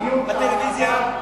בטלוויזיה,